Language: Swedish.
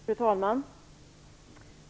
Fru talman!